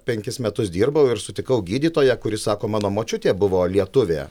penkis metus dirbau ir sutikau gydytoją kuris sako mano močiutė buvo lietuvė